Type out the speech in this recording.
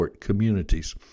communities